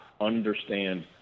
understand